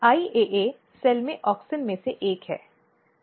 IAA cell में auxin में से एक है